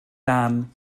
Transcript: dan